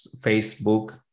Facebook